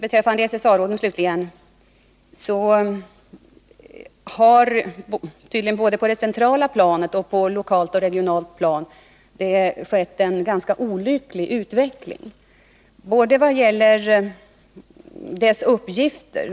Beträffande SSA-råden, har det både på det centrala planet och på lokalt och regionalt plan skett en ganska olycklig utveckling.